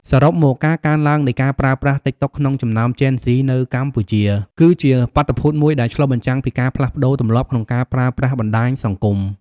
សរុបមក ការកើនឡើងនៃការប្រើប្រាស់តិកតុកក្នុងចំណោមជេនហ្ស៊ីនៅកម្ពុជា គឺជាបាតុភូតមួយដែលឆ្លុះបញ្ចាំងពីការផ្លាស់ប្ដូរទម្លាប់ក្នុងការប្រើប្រាស់បណ្ដាញសង្គម។